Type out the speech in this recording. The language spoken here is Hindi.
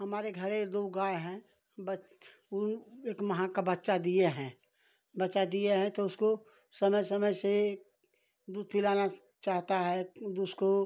हमारे घरे दो गाय हैं उन एक माह का बच्चा दिए हैं बच्चा दिए हैं तो उसको समय समय से दूध पिलाना चाहता है उसको